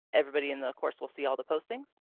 everybody in the course will see all the postings.